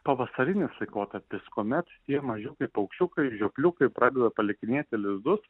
pavasarinis laikotarpis kuomet tie mažiukai paukščiukai žiopliukai pradeda palikinėti lizdus